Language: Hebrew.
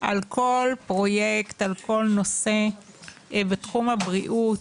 על כל פרויקט, על כל נושא בתחום הבריאות,